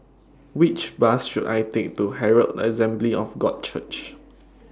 Which Bus should I Take to Herald Assembly of God Church